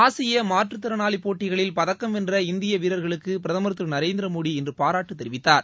ஆசிய மாற்றுத்திறனாளி போட்டிகளில் பதக்கம் வென்ற இந்திய வீரர்களுக்கு பிரதமர் திரு நரேந்திரமோடி இன்று பாராட்டு தெரிவித்தார்